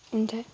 अन्त